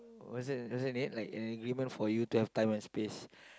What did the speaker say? what's that what's that need an agreement for you to have time and space